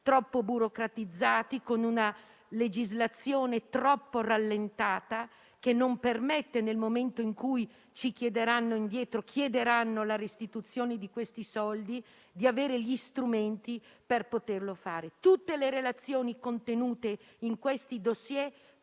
troppo burocratizzati, con una legislazione troppo rallentata, che non permetterà, nel momento in cui chiederanno la restituzione di questi soldi, di avere gli strumenti per poterlo fare. Tutte le relazioni contenute in questi *dossier*